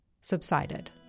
subsided